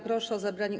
Proszę o zabranie.